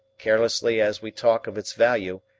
carelessly as we talk of its value,